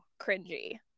cringy